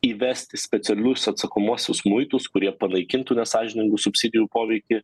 įvest specialius atsakomuosius muitus kurie panaikintų nesąžiningų subsidijų poveikį